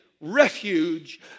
refuge